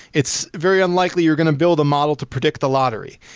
it's very unlikely you're going to build a model to predict the lottery.